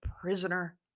prisoner